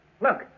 Look